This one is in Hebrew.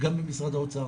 וגם ממשרד האוצר,